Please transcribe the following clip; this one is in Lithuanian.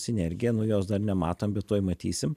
sinergiją nu jos dar nematom bet tuoj matysim